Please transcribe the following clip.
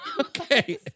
Okay